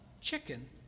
chicken